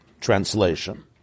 Translation